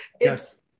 Yes